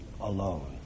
alone